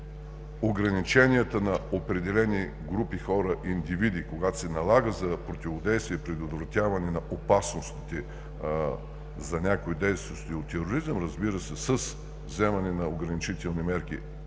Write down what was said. ограниченията на определени групи хора, индивиди, когато се налага за противодействие, предотвратяване на опасностите за някои дейности от тероризъм, разбира се, с вземане на ограничителни мерки